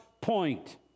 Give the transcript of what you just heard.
point